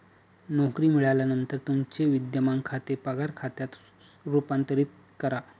नोकरी मिळाल्यानंतर तुमचे विद्यमान खाते पगार खात्यात रूपांतरित करा